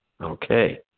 Okay